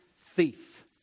thief